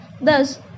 Thus